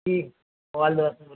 جی mobile دکان سے بول رہا ہوں